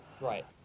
Right